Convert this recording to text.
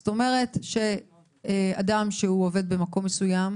זאת אומרת שאדם שהוא עובד במקום מסוים